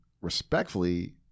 respectfully